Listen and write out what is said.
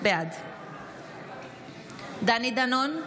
בעד דני דנון,